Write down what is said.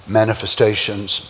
manifestations